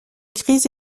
crise